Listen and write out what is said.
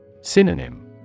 Synonym